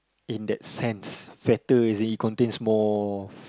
in that sense fatter in the sense that it contains more